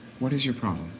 what is your problem?